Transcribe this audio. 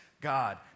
God